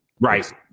Right